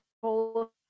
full